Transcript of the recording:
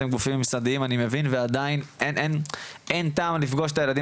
אתם גופים משרדיים אני מבין ועדיין אין טעם לפגוש את הילדים